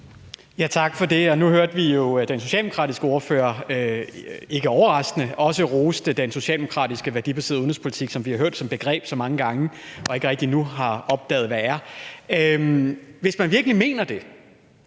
(V): Tak for det. Nu hørte vi jo den socialdemokratiske ordfører – ikke overraskende – rose den socialdemokratiske værdibaserede udenrigspolitik, som vi har hørt om som begreb så mange gange og endnu ikke rigtig har opdaget hvad er. Hvis man virkelig mener det,